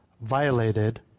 violated